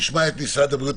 נשמע את משרד הבריאות.